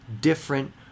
different